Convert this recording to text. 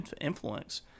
influence